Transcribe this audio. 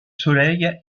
soleil